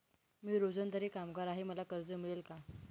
मी रोजंदारी कामगार आहे मला कर्ज मिळेल का?